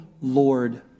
Lord